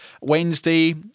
Wednesday